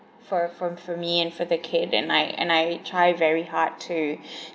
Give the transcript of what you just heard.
for for for me and for the kid and I and I try very hard to